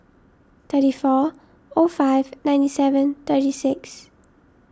thirty four o five ninety seven thirty six